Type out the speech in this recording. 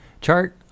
chart